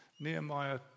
Nehemiah